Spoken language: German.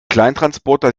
kleintransporter